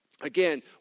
again